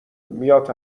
میاد